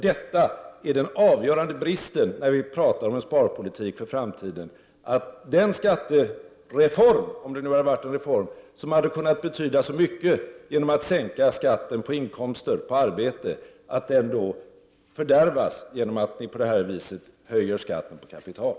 Den avgörande bristen när vi pratar om en sparpolitik för framtiden är att den skattereform — om det nu hade varit en reform — som hade kunnat betyda så mycket genom att skatten sänks på inkomster av arbete fördärvas genom att ni på det där viset höjer skatten på kapital.